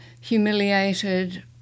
humiliated